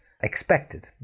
expected